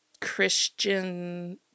Christian